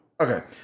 Okay